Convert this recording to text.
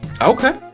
Okay